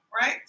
right